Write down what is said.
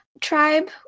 tribe